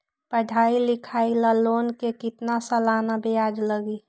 पढाई लिखाई ला लोन के कितना सालाना ब्याज लगी?